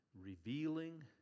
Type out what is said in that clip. revealing